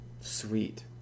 Sweet